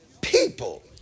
people